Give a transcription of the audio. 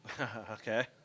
Okay